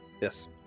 yes